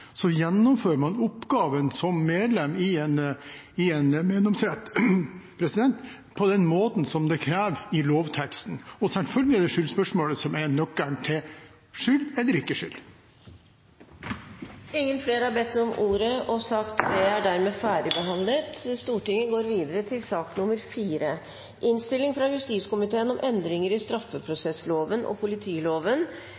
gjennomfører man oppgaven som medlem i en meddomsrett på den måten som blir krevd i lovteksten. Selvfølgelig er det skyldspørsmålet som er nøkkelen til skyld eller ikke skyld. Flere har ikke bedt om ordet til sak nr. 3. Etter ønske fra justiskomiteen vil presidenten foreslå at taletiden blir begrenset til